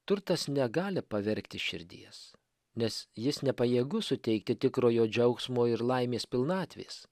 turtas negali pavergti širdies nes jis nepajėgus suteiti tikrojo džiaugsmo ir laimės pilnatvės